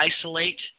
isolate